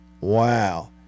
Wow